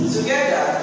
Together